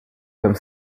comme